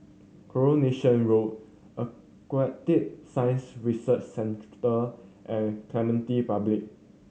Coronation Road Aquatic Science Research Centre and Clementi Public